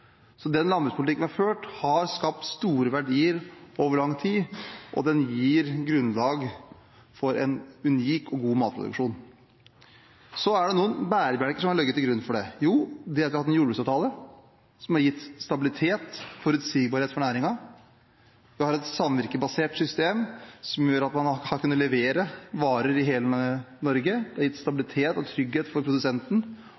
Så den landbrukspolitikken som vi har ført, har skapt store verdier over lang tid, og den gir grunnlag for en unik og god matproduksjon. Så er det noen bærebjelker som har ligget til grunn for det: Vi har hatt en jordbruksavtale som har gitt stabilitet og forutsigbarhet for næringen, vi har et samvirkebasert system som gjør at man har kunnet levere varer i hele Norge – det har gitt